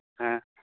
ᱦᱮᱸ